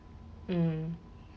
mm